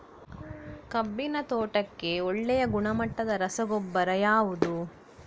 ಕಬ್ಬಿನ ತೋಟಕ್ಕೆ ಒಳ್ಳೆಯ ಗುಣಮಟ್ಟದ ರಸಗೊಬ್ಬರ ಯಾವುದು?